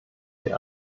die